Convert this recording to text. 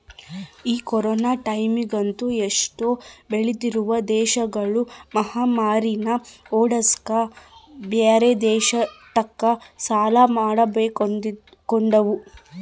ಈ ಕೊರೊನ ಟೈಮ್ಯಗಂತೂ ಎಷ್ಟೊ ಬೆಳಿತ್ತಿರುವ ದೇಶಗುಳು ಮಹಾಮಾರಿನ್ನ ಓಡ್ಸಕ ಬ್ಯೆರೆ ದೇಶತಕ ಸಾಲ ಮಾಡಿಕೊಂಡವ